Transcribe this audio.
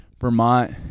Vermont